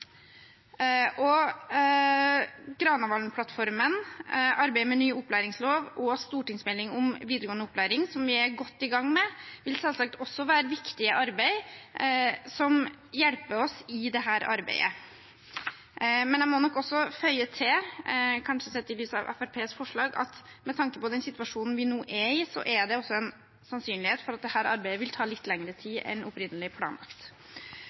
og Granavolden-plattformen, arbeidet med ny opplæringslov og stortingsmelding om videregående opplæring, som vi er godt i gang med, vil selvsagt være en viktig hjelp i dette arbeidet. Men jeg må føye til, kanskje sett i lys av Fremskrittspartiets forslag, at med tanke på den situasjonen vi nå er i, er det også en sannsynlighet for at dette arbeidet vil ta litt lengre tid enn opprinnelig planlagt.